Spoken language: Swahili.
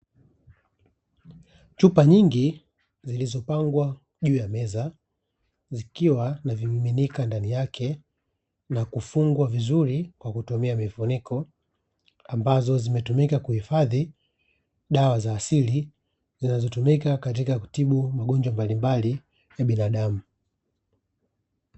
Chupa nyingi zilizopangwa juu ya meza zikiwa na vimiminika ndani yake na kufungwa vizuri kwa kutumia mifuniko, ambazo zimetumika kuhifadhi dawa za asili zinazotumika katika kutibu magonjwa mbalimbali ya binadamu.